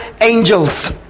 angels